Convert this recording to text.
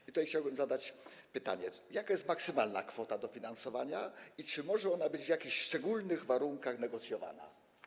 I tutaj chciałbym zadać pytanie: Jaka jest maksymalna kwota dofinansowania i czy może ona być w jakichś szczególnych warunkach negocjowana?